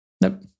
Nope